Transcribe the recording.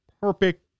perfect